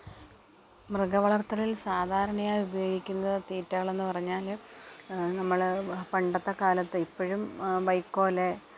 മൃഗ വളർത്തലിൽ സാധാരണയായി ഉപയോഗിക്കുന്ന തീറ്റകളെന്നു പറഞ്ഞാല് നമ്മള് പണ്ടത്തെ കാലത്ത് ഇപ്പോഴും വൈക്കോല്